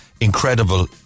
incredible